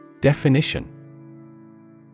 definition